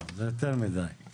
זה יותר מידי.